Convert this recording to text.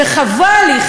וחבל לי,